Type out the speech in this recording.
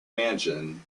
mansion